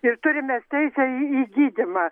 ir turime teisę į į gydymą